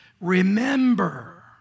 remember